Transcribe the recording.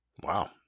Wow